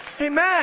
Amen